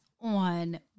on